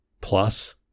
Plus